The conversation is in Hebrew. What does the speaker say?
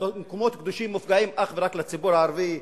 מקומות קדושים מופקעים אך ורק לציבור הערבי,